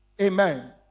Amen